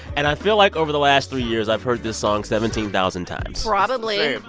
and i feel like, over the last three years, i've heard this song seventeen thousand times probably